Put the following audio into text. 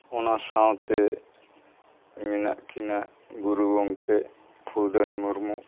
ᱚᱱᱟ ᱥᱟᱶᱛᱮ ᱢᱮᱱᱟᱜ ᱠᱤᱱᱟ ᱜᱩᱨᱩ ᱜᱚᱢᱠᱮ ᱯᱷᱩᱫᱟᱹᱱ ᱢᱩᱨᱢᱩ